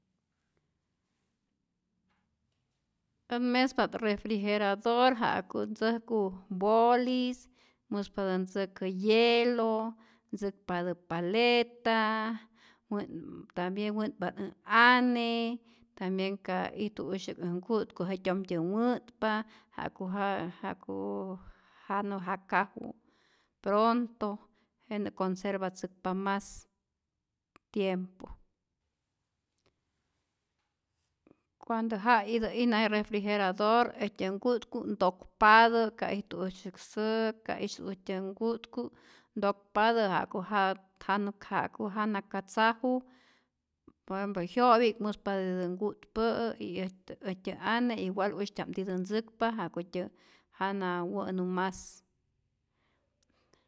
Ät mespa't refrigerador ja'ku ntzäjku bolis, muspatä ntzäkä hielo, ntzäkpatä paleta, wä' tambien wä'npa't ä ane, tambien ka ijtu usya'k äj nku'tku jetyojtyä wä'tpa, ja'ku jää ja'ku jana jakaju pronto, jenä conservatzäkpa mas tiempo, cuando ja itä'ijna je refrigerador, äjtyä nku'tku' ntokpatä ka ijtu usya'k säk, ka ijtu usyäk nku'tku, ntokpatä ja'ku ja jana ja'ku jana katzaju, por ejemplo jyo'pi'k muspatä nku'tpä'ä, y este äjtyä ane igual usytya'pmtitä ntzäkpa ja'kutyä jana wä'nu mas.